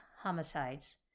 homicides